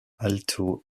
alto